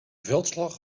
veldslag